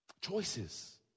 Choices